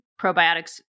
probiotics